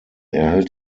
erhält